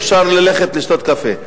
אפשר ללכת לשתות קפה.